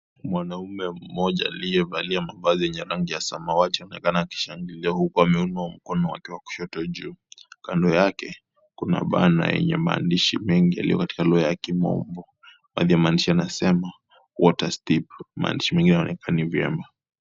Mwanamme mmoja aliyevalia mavazi yenye rangi ya samawati anaonekana akishangilia huku ameinua mkono wake wa kushoto juu. Kando yake kuna banner yenye maandishi mengi yaliyo katika lugha ya kimombo. Baadhi ya maandishi yanasema"Waters Deep", maandishi mengine hayaonekani vema.